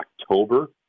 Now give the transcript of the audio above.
October